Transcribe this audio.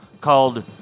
called